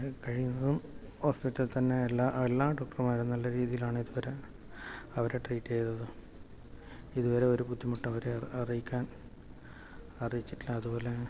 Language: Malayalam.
കഴിയുന്നതും ഹോസ്പിറ്റലിൽ തന്നെ എല്ലാ ട്രിപ്പ് മരുന്നും നല്ല രീതിയിൽ ആണ് അവരെ ട്രീറ്റ് ചെയ്തത് ഇതുവരെ ഒരു ബുദ്ധിമുട്ടും അവരെ അറിയിക്കാൻ അറിയിച്ചിട്ട് ഇല്ല അതുപോലെ